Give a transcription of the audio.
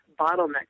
bottleneck